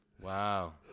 Wow